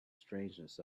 strangeness